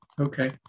Okay